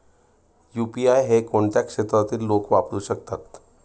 UPI हे कोणत्या क्षेत्रातील लोक वापरू शकतात?